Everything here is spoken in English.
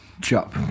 chop